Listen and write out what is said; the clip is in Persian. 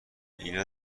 اینا